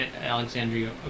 Alexandria